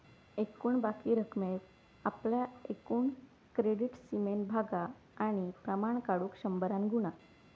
एकूण बाकी रकमेक आपल्या एकूण क्रेडीट सीमेन भागा आणि प्रमाण काढुक शंभरान गुणा